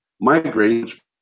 migrate